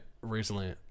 recently